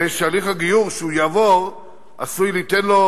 הרי שהליך הגיור שהוא יעבור עשוי ליתן לו